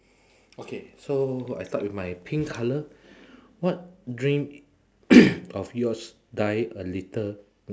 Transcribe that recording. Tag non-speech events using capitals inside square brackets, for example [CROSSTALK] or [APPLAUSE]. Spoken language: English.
okay so I start with my pink colour what dream [COUGHS] of yours die a little